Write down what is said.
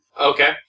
Okay